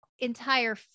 entire